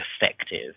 effective